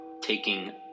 taking